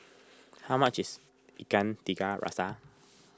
how much is Ikan Tiga Rasa